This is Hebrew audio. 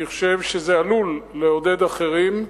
אני חושב שזה עלול לעודד אחרים.